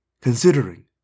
considering